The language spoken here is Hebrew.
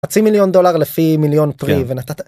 חצי מיליון דולר לפי מיליון פרי, ונתת